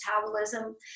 metabolism